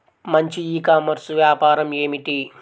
మంచి e commerce వ్యాపారం ఏమిటీ?